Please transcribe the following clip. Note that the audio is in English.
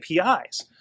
APIs